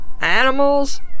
Animals